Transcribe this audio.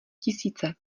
tisíce